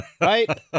Right